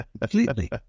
completely